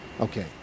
okay